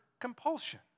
compulsion